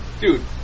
Dude